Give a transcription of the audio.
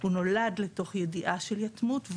הילד נולד לתוך ידיעה של יתמות,